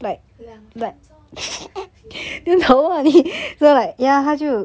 两分钟